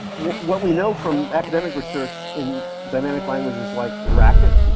what what we know from academic research in dynamic languages like racket,